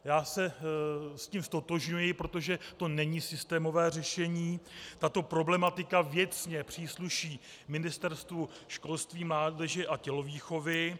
Já se s tím ztotožňuji, protože to není systémové řešení, tato problematika věcně přísluší Ministerstvu školství, mládeže a tělovýchovy.